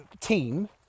team